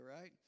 right